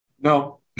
No